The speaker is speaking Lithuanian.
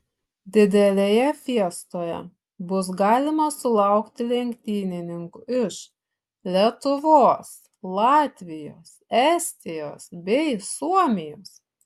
didelėje fiestoje bus galima sulaukti lenktynininkų iš lietuvos latvijos estijos bei suomijos